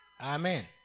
Amen